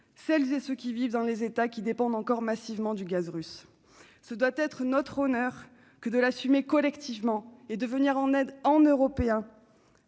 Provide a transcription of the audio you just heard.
celles et ceux qui vivent dans les États dépendant encore massivement du gaz russe. C'est notre honneur de les assumer collectivement et de venir en aide, en Européens,